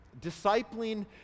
Discipling